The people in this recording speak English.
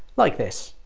like this